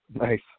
Nice